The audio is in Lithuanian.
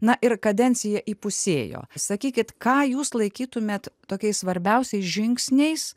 na ir kadencija įpusėjo sakykit ką jūs laikytumėt tokiais svarbiausiais žingsniais